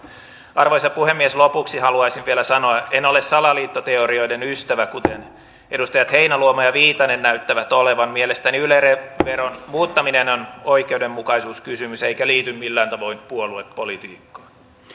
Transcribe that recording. arvoisa puhemies lopuksi haluaisin vielä sanoa että en ole salaliittoteorioiden ystävä kuten edustajat heinäluoma ja viitanen näyttävät olevan mielestäni yle veron muuttaminen on oikeudenmukaisuuskysymys eikä liity millään tavoin puoluepolitiikkaan